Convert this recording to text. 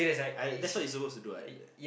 I that's what you suppose to do what